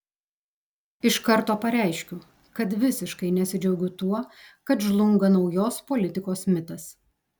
iš karto pareiškiu kad visiškai nesidžiaugiu tuo kad žlunga naujos politikos mitas